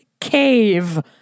cave